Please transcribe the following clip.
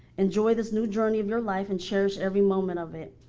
enjoy this new journey of your life and cherish every moment of it.